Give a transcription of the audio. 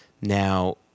Now